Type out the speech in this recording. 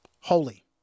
Holy